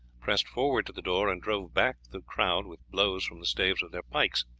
pressed forward to the door and drove back the crowd with blows from the staves of their pikes.